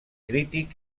crític